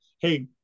hey